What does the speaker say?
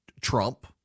Trump